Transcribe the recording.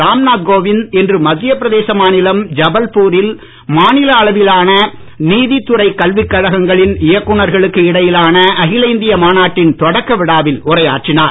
ராம்நாத் கோவிந்த் இன்று மத்திய பிரதேச மாநிலம் ஜபல்பூரில் மாநில அளவிலான நீதித் துறை கல்விக் கழகங்களின் இயக்குநர்களுக்கு இடையிலான அகில இந்திய மாநாட்டின் தொடக்க விழாவில் உரையாற்றினார்